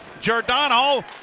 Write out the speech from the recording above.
Giordano